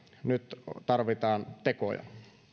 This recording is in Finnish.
nyt tarvitaan tekoja